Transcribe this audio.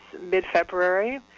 mid-February